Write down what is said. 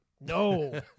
No